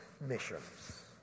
missions